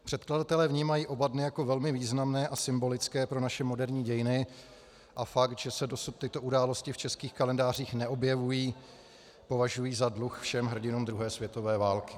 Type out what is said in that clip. Předkladatelé vnímají oba dny jako velmi významné a symbolické pro naše moderní dějiny a fakt, že se dosud tyto události v českých kalendářích neobjevují, považují za dluh všem hrdinům druhé světové války.